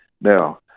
Now